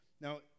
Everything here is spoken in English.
Now